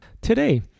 Today